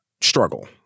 struggle